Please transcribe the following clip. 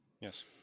yes